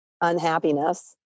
unhappiness